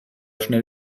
schnell